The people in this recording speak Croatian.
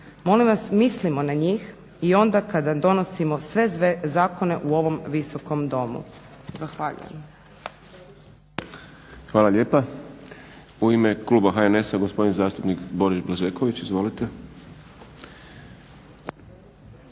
Molim vas, mislimo na njih i onda kada donosimo sve zakone u ovom Visokom domu. Zahvaljujem. **Šprem, Boris (SDP)** Hvala lijepa. U ime kluba HNS-a gospodin zastupnik Boris Blažeković. Izvolite.